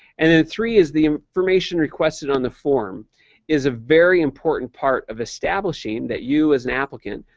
and then three is the information requested on the form is a very important part of establishing that you, as an applicant,